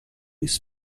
his